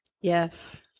yes